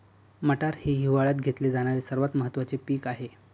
मटार हे हिवाळयात घेतले जाणारे सर्वात महत्त्वाचे पीक आहे